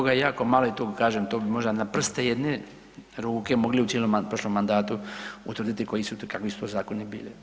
Toga je jako malo i tu kažem to bi možda na prste jedne ruke mogli u cijelom prošlom mandatu utvrditi koji su to, kakvi su to zakoni bili.